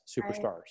Superstars